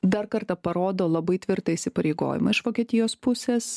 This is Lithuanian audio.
dar kartą parodo labai tvirtą įsipareigojimą iš vokietijos pusės